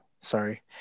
sorry